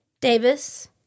Davis